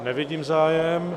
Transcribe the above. Nevidím zájem.